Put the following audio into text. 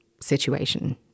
situation